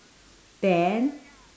then